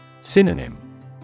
Synonym